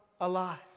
alive